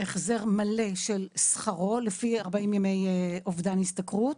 החזר מלא של שכרו לפי 40 ימי אובדן השתכרות,